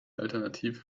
alternative